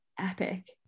epic